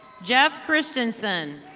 jeff christianson.